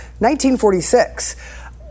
1946